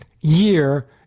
year